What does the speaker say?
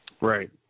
Right